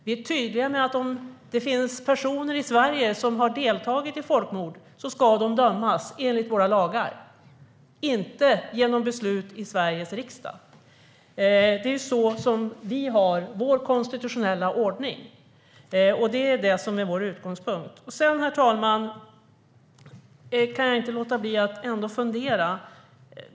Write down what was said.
Vi är tydliga med att om det finns personer i Sverige som har deltagit i folkmord ska de dömas enligt våra lagar, inte genom beslut i Sveriges riksdag. Sådan är vår konstitutionella ordning, och det är vår utgångspunkt. Jag kan inte låta bli att fundera.